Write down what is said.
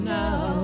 now